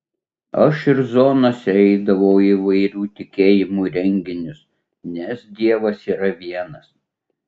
aš ir zonose eidavau į įvairių tikėjimų renginius nes dievas yra vienas